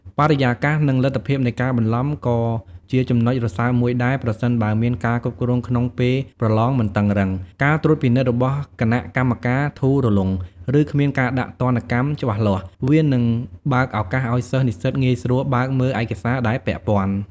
បរិយាកាស និងលទ្ធភាពនៃការបន្លំ ក៏ជាចំណុចរសើបមួយដែរ ប្រសិនបើការគ្រប់គ្រងក្នុងពេលប្រឡងមិនតឹងរ៉ឹង ការត្រួតពិនិត្យរបស់គណៈកម្មការធូររលុង ឬគ្មានការដាក់ទណ្ឌកម្មច្បាស់លាស់ វានឹងបើកឱកាសឱ្យសិស្សនិស្សិតងាយស្រួលបើកមើលឯកសារដែលពាក់ព័ន្ធ។